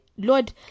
Lord